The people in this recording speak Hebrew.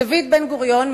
דוד בן-גוריון,